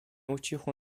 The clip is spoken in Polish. ucichło